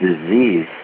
disease